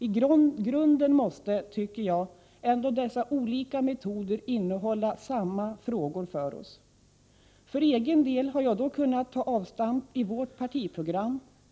I grunden måste, tycker jag, dessa olika metoder innebära samma frågor till oss. För egen del har jag kunnat ta avstamp i vårt partiprogram.